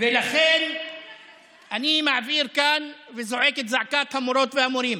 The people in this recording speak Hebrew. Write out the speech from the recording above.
ולכן אני מעביר כאן וזועק את זעקת המורות והמורים,